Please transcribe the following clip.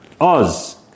oz